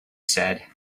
said